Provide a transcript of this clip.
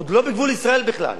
זה עוד לא בגבול ישראל בכלל.